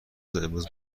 امروز